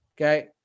Okay